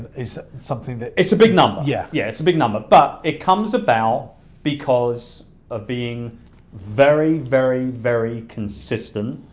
it's something that it's a big number. yeah. yeah, it's a big number, but it comes about because of being very, very, very consistent,